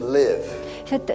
live